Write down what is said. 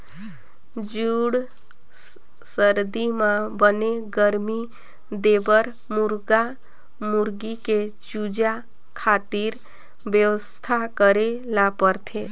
जूड़ सरदी म बने गरमी देबर मुरगा मुरगी के चूजा खातिर बेवस्था करे ल परथे